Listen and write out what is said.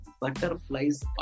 Butterflies